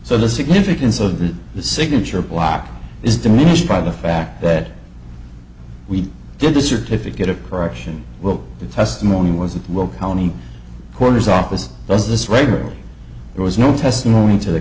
so the significance of the signature block is diminished by the fact that we did the certificate of correction well the testimony wasn't well county coroner's office does this regularly there was no testimony to the